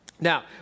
Now